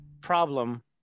problem